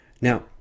Now